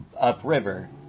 upriver